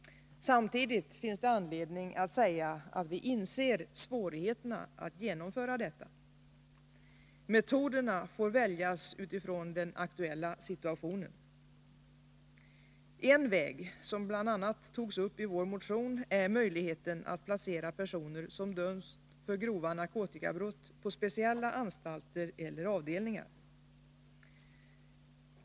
Samtidigt finns det anledning att säga att vi inser svårigheterna med att genomföra detta. Metoderna får väljas utifrån den aktuella situationen. En väg, som bl.a. nämns i vår motion, är att placera personer som dömts för grova narkotikabrott på speciella anstalter eller avdelningar.